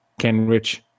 Kenrich